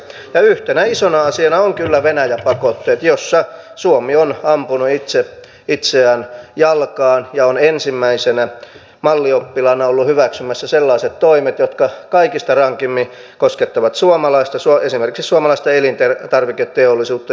ja yhtenä isona asiana on kyllä venäjä pakotteet joissa suomi on ampunut itse itseään jalkaan ja on ensimmäisenä mallioppilaana ollut hyväksymässä sellaiset toimet jotka kaikista rankimmin koskettavat esimerkiksi suomalaista elintarviketeollisuutta